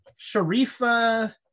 Sharifa